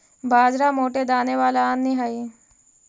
बाजरा मोटे दाने वाला अन्य हई